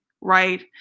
right